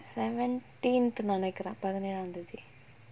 seventeenth நெனைக்குறேன் பதிநேலாந் தேதி:nenaikkuren pathinelaan thaethi